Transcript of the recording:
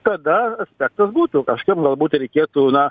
tada efektas būtų kažkam galbūt reikėtų na